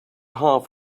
half